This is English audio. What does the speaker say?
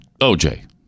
OJ